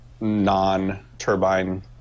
non-turbine